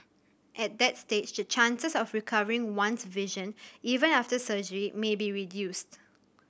at that stage the chances of recovering one's vision even after surgery may be reduced